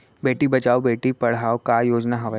बेटी बचाओ बेटी पढ़ाओ का योजना हवे?